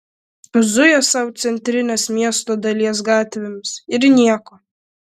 zuja sau centrinės miesto dalies gatvėmis ir nieko